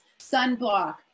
sunblock